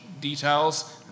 details